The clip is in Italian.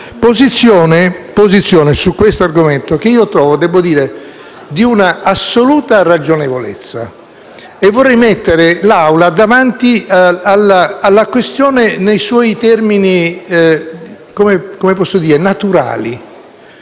posizione - devo dire - che io trovo di un'assoluta ragionevolezza. Vorrei mettere l'Assemblea davanti alla questione nei suoi termini naturali: